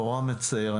נורא מצער.